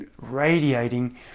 radiating